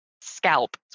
scalp